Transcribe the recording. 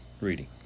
reading